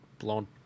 blown